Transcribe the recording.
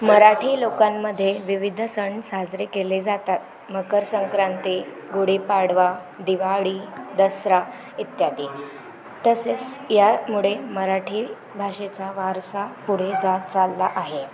मराठी लोकांमध्ये विविध सण साजरे केले जातात मकर संक्रांती गुढीपाडवा दिवाळी दसरा इत्यादी तसेच यामुळे मराठी भाषेचा वारसा पुढे जात चालला आहे